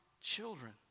children